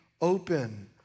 open